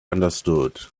understood